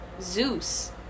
Zeus